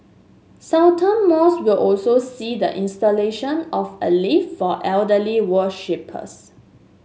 Sultan Mosque will also see the installation of a lift for elderly worshippers